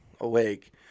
awake